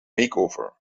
makeover